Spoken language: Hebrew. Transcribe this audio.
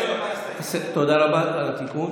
תודה רבה על התיקון.